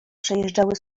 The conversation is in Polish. przejeżdżały